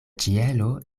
ĉielo